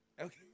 Okay